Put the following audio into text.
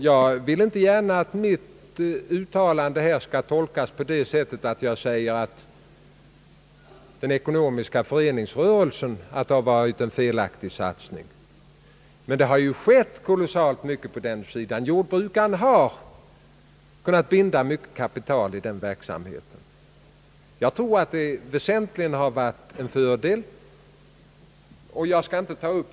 Jag vill inte gärna att mitt uttalande här skall tolkas så, att det varit felaktigt att satsa på den ekonomiska föreningsrörelsen. Men kolossalt mycket har ju skett på den sidan — jordbrukarna har kunnat binda mycket kapital i föreningsrörelsen, och jag tror att det väsentligen har varit en fördel.